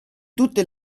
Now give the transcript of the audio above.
tutte